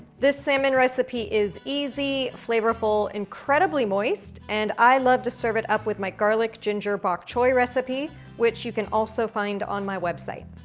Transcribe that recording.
this salmon recipe is easy, flavorful, incredibly moist, and i love to serve it up with my garlic ginger bok choy recipe, which you can also find on my website.